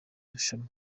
rushanwa